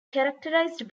characterised